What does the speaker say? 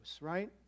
right